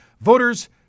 voters